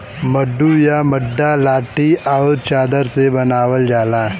मड्डू या मड्डा लाठी आउर चादर से बनावल जाला